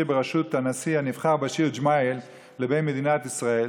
בראשות הנשיא הנבחר באשיר ג'ומאייל לבין מדינת ישראל,